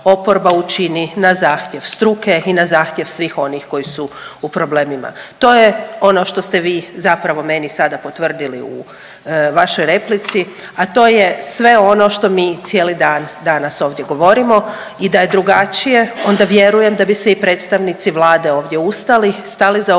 učini na zahtjev struke i na zahtjev svih onih koji su u problemima. To je ono što ste vi zapravo meni sada potvrdili u vašoj replici, a to je sve ono što mi cijeli dan danas ovdje govorimo i da je drugačije onda vjerujem da bi se i predstavnici Vlade ovdje ustali, stali za ovu